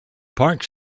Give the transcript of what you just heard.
parks